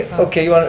okay,